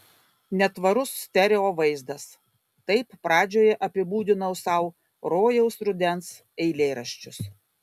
netvarus stereo vaizdas taip pradžioje apibūdinau sau rojaus rudens eilėraščius